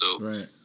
Right